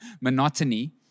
monotony